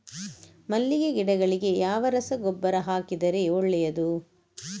ಮಲ್ಲಿಗೆ ಗಿಡಗಳಿಗೆ ಯಾವ ರಸಗೊಬ್ಬರ ಹಾಕಿದರೆ ಒಳ್ಳೆಯದು?